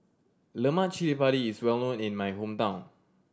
lemak cili padi is well known in my hometown